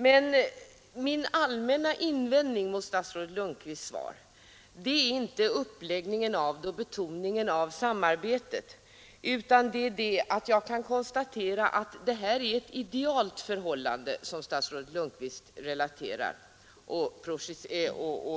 Men min allmänna invändning mot statsrådet Lundkvists svar är inte uppläggningen av det och betoningen av samarbetet, utan det är att jag kan konstatera att det är ett idealt förhållande som statsrådet Lundkvist